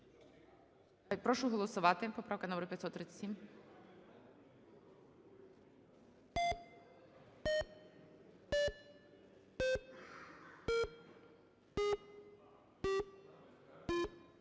Прошу голосувати. Поправка номер 537.